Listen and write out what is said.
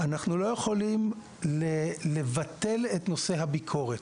אנחנו לא יכולים לבטל את נושא הביקורת.